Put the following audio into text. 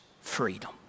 freedom